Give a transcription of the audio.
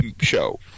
show